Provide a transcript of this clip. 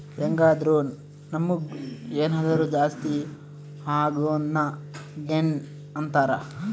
ಹೆಂಗಾದ್ರು ನಮುಗ್ ಏನಾದರು ಜಾಸ್ತಿ ಅಗೊದ್ನ ಗೇನ್ ಅಂತಾರ